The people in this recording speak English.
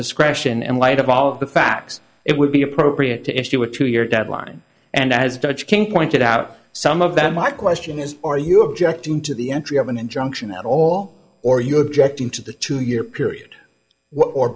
discretion in light of all of the facts it would be appropriate to issue a two year deadline and as dutch king pointed out some of them our question is are you objecting to the entry of an injunction at all or you objecting to the two year period or